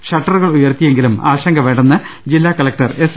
shutter കൾ ഉയർത്തിയെങ്കിലും ആശങ്ക വേണ്ടെന്ന് ജില്ലാ കലക്ടർ എസ്